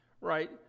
right